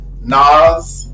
Nas